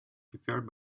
prepared